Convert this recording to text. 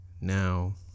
now